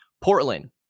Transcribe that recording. Portland